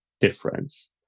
difference